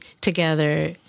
together